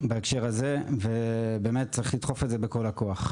בהקשר הזה, ובאמת צריך לדחוף את זה בכל הכוח.